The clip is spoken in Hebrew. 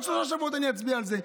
עוד שלושה שבועות נצביע על זה.